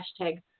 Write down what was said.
hashtag